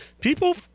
People